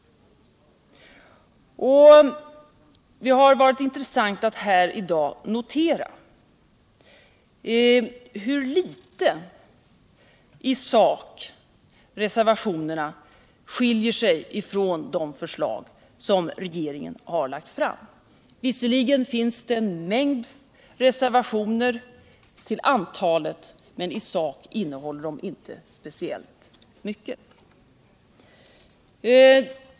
Det har varit intressant att i dag notera hur litet i sak reservationerna skiljer sig från de förslag som regeringen har lagt fram. Visserligen finns det en mängd reservationer, men i sak innehåller de inte speciellt mycket.